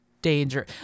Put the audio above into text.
danger